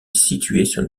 située